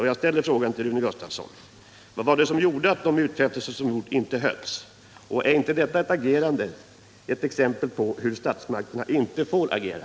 Jag vill ställa följande fråga till Rune Gustavsson: Vad var det som gjorde att utfästelserna inte hölls? Är inte detta agerande ett exempel på hur statsmakterna inte får handla?